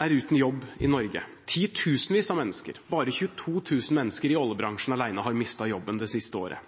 er uten jobb i Norge. Bare 22 000 mennesker i oljebransjen alene har mistet jobben det siste året,